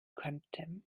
könnte